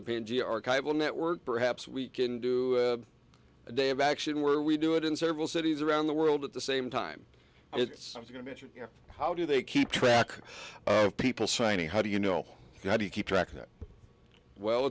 archival network perhaps we can do a day of action where we do it in several cities around the world at the same time it's going to you know how do they keep track of people signing how do you know how do you keep track of it well